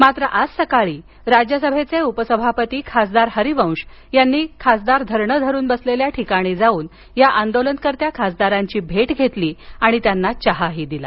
मात्र आज सकाळी राज्यसभेचे उपसभापती खासदार हरिवंश यांनी खासदार धरण धरून बसलेल्या ठिकाणी जाऊन या आंदोलनकर्त्या खासदारांची भेट घेतली आणि त्यांना चहाही दिला